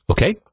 Okay